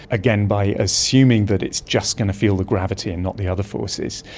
again by assuming that it's just going to feel the gravity and not the other forces.